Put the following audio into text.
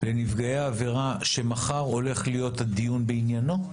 לנפגעי העבירה שמחר הולך להיות הדיון בעניינו?